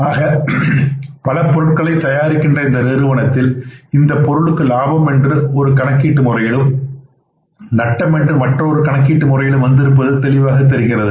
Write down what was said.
ஆக பல பொருட்களை தயாரிக்கின்ற இந்த நிறுவனத்தில் இந்தப் பொருளுக்கு லாபம் என்று ஒரு கணக்கீட்டு முறையிலும் நட்டம் என்று மற்றொரு கணக்கீட்டு முறையில் வந்திருப்பது தெளிவாக தெரிகின்றது